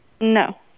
No